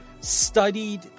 studied